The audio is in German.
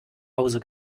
hause